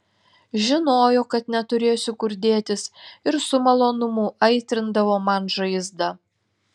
žinojo kad neturėsiu kur dėtis ir su malonumu aitrindavo man žaizdą